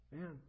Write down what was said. Man